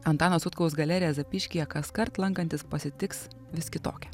antano sutkaus galerija zapyškyje kaskart lankantis pasitiks vis kitokia